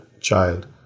child